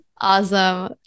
Awesome